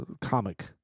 comic